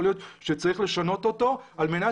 יכול להיות שצריך לשנות אותו על מנת